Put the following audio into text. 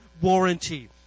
warranty